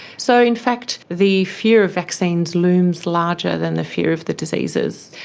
so in fact the fear of vaccines looms larger than the fear of the diseases.